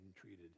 treated